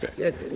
Okay